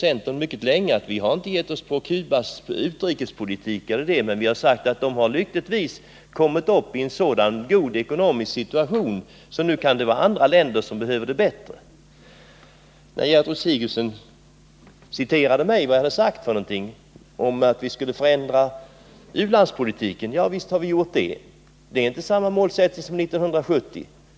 Centern har länge, utan att ha berört Cubas utrikespolitik, framhållit att Cuba lyckligtvis fått en så god ekonomi att andra länder kan behöva biståndet bättre. Gertrud Sigurdsen citerade ett uttalande av mig om att vi borde ändra u-landspolitiken. Och visst har vi förändrat vår u-landspolitik. Det är inte samma målsättning som 1970.